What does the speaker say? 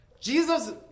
Jesus